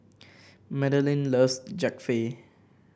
Madilynn loves Japchae